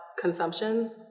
consumption